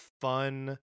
fun